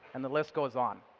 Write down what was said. and the list goes on.